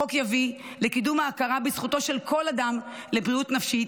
החוק יביא לקידום ההכרה בזכותו של כל אדם לבריאות נפשית,